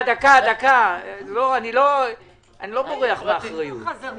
אני לא בורח מאחריות.